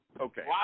Okay